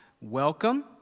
welcome